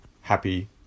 happy